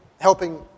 Helping